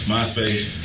MySpace